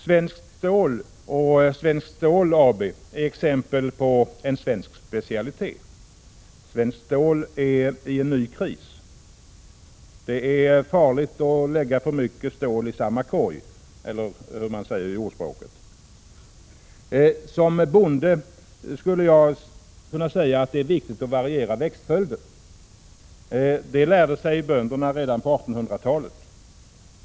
Svenskt stål och Svenskt Stål AB är exempel på en svensk specialitet. Svenskt stål är i en ny kris. Det är farligt att lägga för mycket stål i samma korg — eller hur ordspråket nu lyder. Som bonde skulle jag kunna säga att det är viktigt att variera växtföljden. Det lärde sig bönderna redan på 1800-talet.